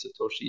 satoshi